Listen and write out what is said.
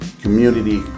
community